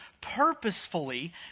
purposefully